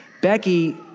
Becky